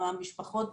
משפחות